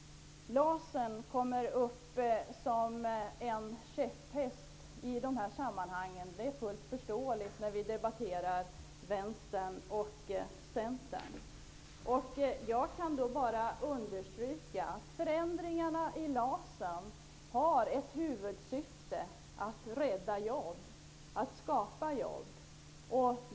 LAS har blivit en käpphäst i de här sammanhangen -- det är fullt förståeligt när Vänstern och Centern debatterar. Jag kan då bara understryka att förändringarna i LAS har som huvudsyfte att rädda jobb och att skapa jobb.